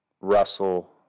Russell